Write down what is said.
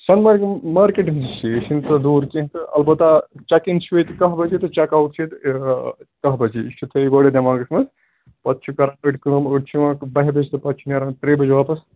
سۄنہٕ مرگہِ مارکٮ۪ٹس نِش چھُ یہِ یہِ چھُنہٕ تیوٗتاہ دوٗر کیٚنٛہہ تہٕ البتہ چَک اِن چھُ ییٚتہِ کہہ بجے تہٕ چَک اَوُٹ چھُ ییٚتہِ کَہہ بجے یہِ چھُ تھٲیِو گۄڈَے دٮ۪ماغَس منٛز پَتہٕ چھُ کَران أڑۍ کٲم أڑۍ چھِ یِوان بَہہِ بَجہِ تہٕ پَتہٕ چھِ نیران ترٛیٚیہِ بَجہِ واپَس